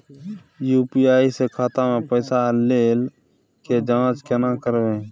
UPI स खाता मे पैसा ऐल के जाँच केने करबै?